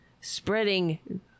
spreading